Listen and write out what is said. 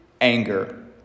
anger